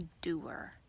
doer